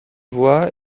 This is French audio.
voie